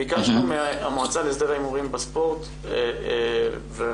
ביקשנו מהמועצה להסדר הימורים בספורט וממכם,